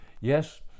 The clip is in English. Yes